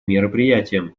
мероприятием